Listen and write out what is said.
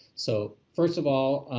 so first of all,